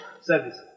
service